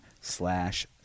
slash